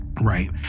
Right